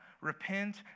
Repent